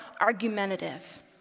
argumentative